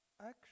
action